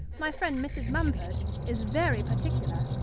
my friend mrs. mumford is very particular,